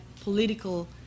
political